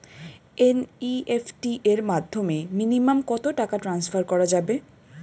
NEFT এর মাধ্যমে minimum কত টাকা টান্সফার করা যাবে?